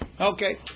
Okay